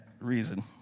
reason